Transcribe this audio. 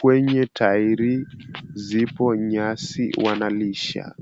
Kwenye tairi zipo nyasi wanalisha.